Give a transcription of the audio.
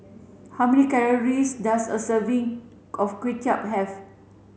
how many calories does a serving of Kway Chap have